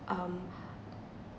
um